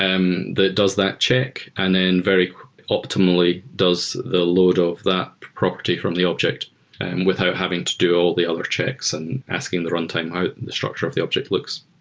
um that does that check and then very optimally does the load of that property from the object without having to do all the other checks and asking the runtime and how the structure of the object looks.